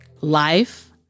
life